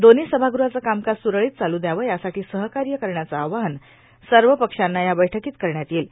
दोन्ही सभागृहांचं कामकाज सुरळीत चालू द्यावं यासाठी सहकार्य करण्याचं आवाहन सर्व पक्षांना या बैठकीत करण्यात येईल